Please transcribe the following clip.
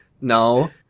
no